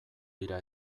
dira